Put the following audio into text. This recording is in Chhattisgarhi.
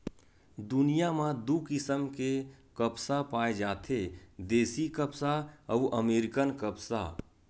दुनिया म दू किसम के कपसा पाए जाथे देसी कपसा अउ अमेरिकन कपसा